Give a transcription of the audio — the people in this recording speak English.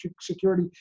security